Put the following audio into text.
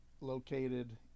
located